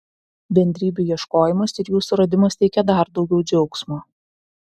bendrybių ieškojimas ir jų suradimas teikia dar daugiau džiaugsmo